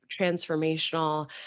transformational